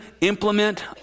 implement